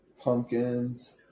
Pumpkins